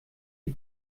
die